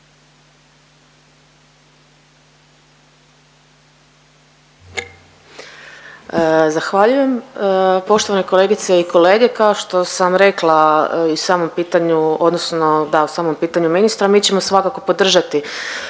Zahvaljujem. Poštovane kolegice i kolege kao što sam rekla i u samom pitanju odnosno da u samom pitanju